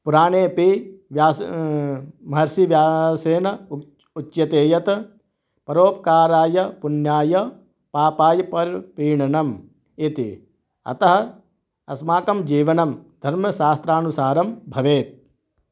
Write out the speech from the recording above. पुराणेपि व्यासः महर्षिव्यासेन उच् उच्यते यत् परोपकाराय पुण्याय पापाय परपीडनम् इति अतः अस्माकं जीवनं धर्मशास्त्रानुसारं भवेत्